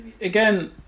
again